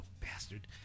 Bastard